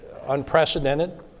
unprecedented